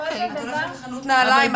את הולכת לחנות נעליים,